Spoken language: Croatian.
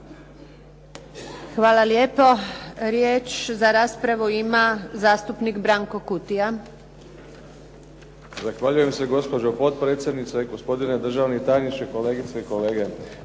Hvala lijepa. Riječ za raspravu ima zastupnik Branko Kutija. **Kutija, Branko (HDZ)** Zahvaljujem se gospođo potpredsjednice. Gospodine državni tajniče, kolegice i kolege.